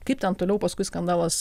kaip ten toliau paskui skandalas